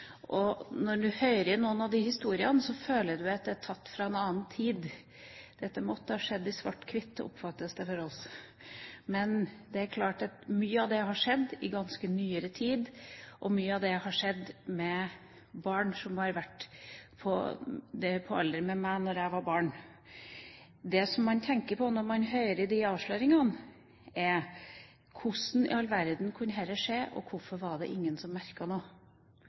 og når du hører noen av de historiene, føler du at de er tatt ut av en annen tid. Dette må være i svart-hvitt, oppfatter vi det som. Men det er klart at mye har skjedd i ganske nyere tid, og mye skjedde med barn som var på samme alder som jeg var, da jeg var barn. Det man tenker på når man hører om disse avsløringene, er: Hvordan i all verden kunne dette skje? Hvorfor var det ingen som merket noe? Hvorfor var det ingen som så? Og hvorfor var det ingen som